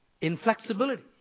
Inflexibility